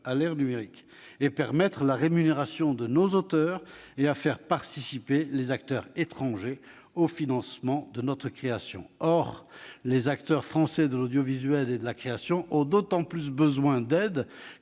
à l'ère numérique, à permettre la rémunération de nos auteurs et à faire participer les acteurs étrangers au financement de notre création. Or les acteurs français de l'audiovisuel et de la création ont d'autant plus besoin d'aide